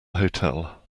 hotel